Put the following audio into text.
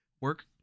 work